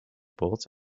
bolts